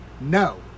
No